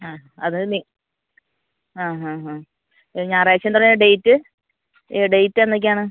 ആ അത് നി ആ ഹാ ആ ഞായറാഴ്ച്ചെ എന്താണ് ഡേറ്റ് ഡേറ്റ് എന്നേക്കാണ്